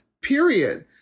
period